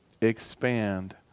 expand